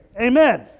amen